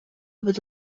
будь